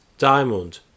diamond